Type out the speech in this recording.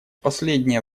последнее